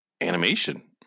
animation